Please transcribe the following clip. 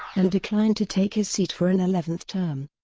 and declined to take his seat for an eleventh term.